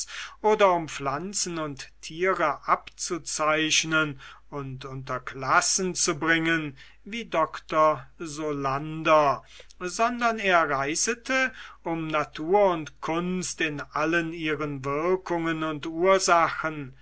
oder um pflanzen und tiere abzuzeichnen und unter classen zu bringen wie doctor solander sondern er reisete um natur und kunst in allen ihren wirkungen und ursachen